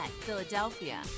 Philadelphia